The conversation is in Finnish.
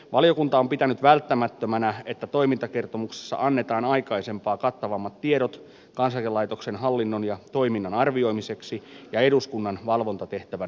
valiokunta on pitänyt välttämättömänä että toimintakertomuksessa annetaan aikaisempaa kattavammat tiedot kansaneläkelaitoksen hallinnon ja toiminnan arvioimiseksi ja eduskunnan valvontatehtävän toteuttamiseksi